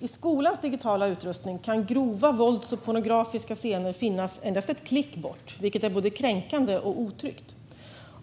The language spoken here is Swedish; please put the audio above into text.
I skolans digitala utrustning kan grova våldsscener och pornografiska scener finnas endast ett klick bort, vilket är både kränkande och otryggt.